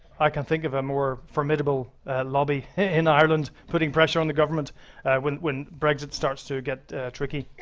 i can think of a more formidable lobby in ireland putting pressure on the government when when brexit starts to get tricky.